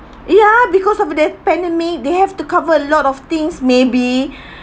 ya because of the pandemic they have to cover a lot of things maybe